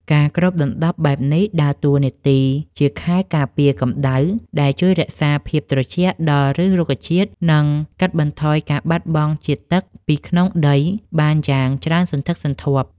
ការគ្របដណ្ដប់បែបនេះដើរតួនាទីជាខែលការពារកម្ដៅ ដែលជួយរក្សាភាពត្រជាក់ដល់ឫសរុក្ខជាតិ និងកាត់បន្ថយការបាត់បង់ជាតិទឹកពីក្នុងដីបានយ៉ាងច្រើនសន្ធឹកសន្ធាប់។